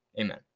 Amen